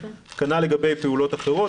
כנ"ל לגבי פעולות אחרות.